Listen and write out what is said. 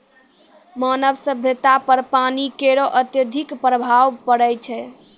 मानव सभ्यता पर पानी केरो अत्यधिक प्रभाव पड़ै छै